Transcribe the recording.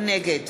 נגד